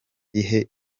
ihe